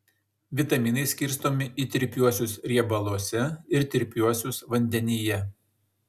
vitaminai skirstomi į tirpiuosius riebaluose ir tirpiuosius vandenyje